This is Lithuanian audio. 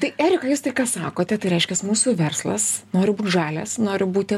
tai erika jūs tai ką sakote tai reiškiasi mūsų verslas nori būt žalias nori būti